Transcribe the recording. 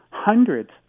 Hundreds